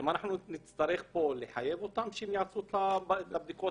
האם אנחנו פה נחייב אותם שיעשו את בדיקות